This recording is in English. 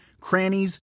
crannies